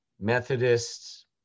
Methodists